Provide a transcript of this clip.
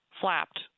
flapped